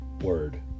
word